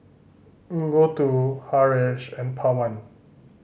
Gouthu Haresh and Pawan